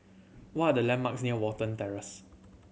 what landmarks near Watten Terrace